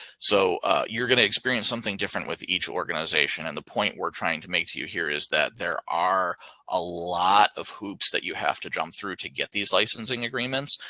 so you're gonna experience something different with each organization. and the point we're trying to make to you here is that there are a lot of hoops that you have to jump through to get these licensing agreements.